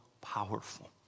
powerful